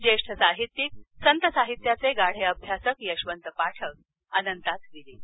ज्येष्ठ साहित्यिक संत साहित्याचे गाढे अभ्यासक यशवंत पाठक अनंतात विलीन